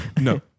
No